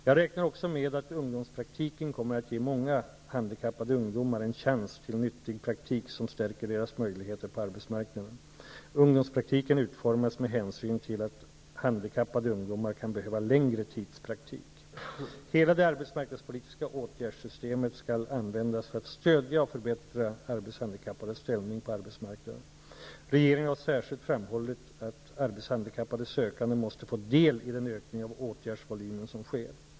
Jag räknar också med att ungdomspraktiken kommer att ge många handikappade ungdomar en chans till nyttig praktik som stärker deras möjligheter på arbetsmarknaden. Ungdomspraktiken utformas med hänsyn till att handikappade ungdomar kan behöva längre tids praktik. Hela det arbetsmarknadspolitiska åtgärdssystemet skall användas för att stödja och förbättra arbetshandikappades ställning på arbetsmarknaden. Regeringen har särskilt framhållit att arbethandikappade sökande måste få del i den ökning av åtgärdsvolymen som sker.